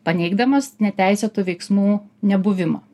paneigdamas neteisėtų veiksmų nebuvimą